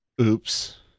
oops